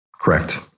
Correct